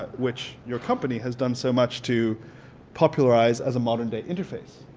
but which your company has done so much to popularize as a modern day interface.